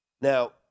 Now